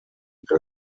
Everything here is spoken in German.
der